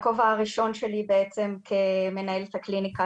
הכובע הראשון שלי בעצם כמנהלת הקליניקה